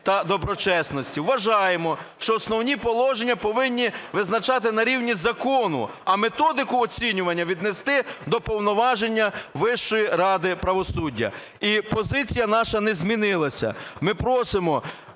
та доброчесності. Вважаємо, що основні положення повинні визначати на рівні закону, а методику оцінювання віднести до повноважень Вищої ради правосуддя. І позиція наша не змінилася, ми просимо